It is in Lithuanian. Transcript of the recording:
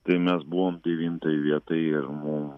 tai mes buvom devintoj vietoj ir mum